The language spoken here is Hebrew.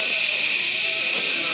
מתנה